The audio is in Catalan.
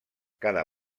cada